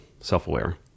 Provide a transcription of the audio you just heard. self-aware